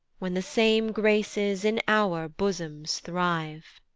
when the same graces in our bosoms thrive.